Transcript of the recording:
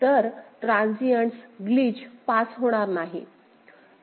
तर transients glitch pass होणार नाहीत